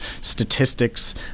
statistics